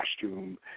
costume